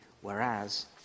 whereas